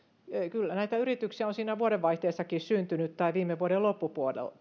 kyllä näitä yrityksiä on siinä vuodenvaihteessakin syntynyt tai viime vuoden loppupuolella